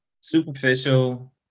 Superficial